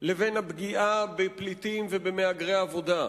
והפגיעה בפליטים ובמהגרי עבודה.